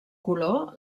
color